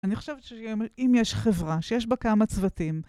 אני חושבת שאם יש חברה שיש בה כמה צוותים...